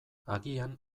agian